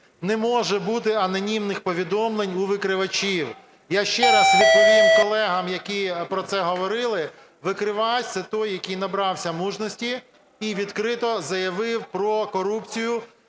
Не може бути анонімних повідомлень у викривачів. Я ще раз відповім колегам, які про це говорили, викривач – це той, який набрався мужності і відкрито заявив про корупцію